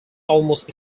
almost